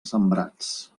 sembrats